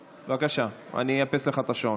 בבקשה, אני אאפס לך את השעון.